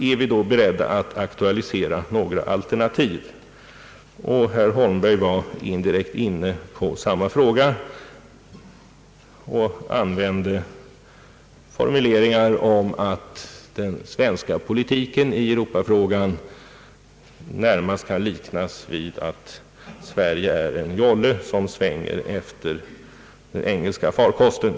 är vi då beredda att aktualisera några alternativ? Herr Holmberg var indirekt inne på samma fråga och använde formuleringar om att den svenska politiken i Europafrågan närmast kan liknas vid att Sverige är en jolle, som svänger efter den engelska farkosten.